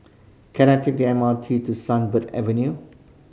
can I take the M R T to Sunbird Avenue